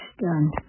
done